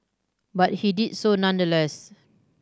but he did so nonetheless